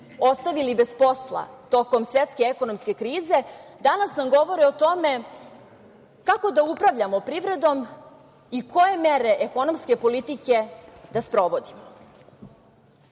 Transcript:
ostavili bez posla tokom svetske ekonomske krize, danas nam govore o tome kako da upravljamo privredom i koje mere ekonomske politike da sprovodimo. Podsetiću